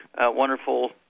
wonderful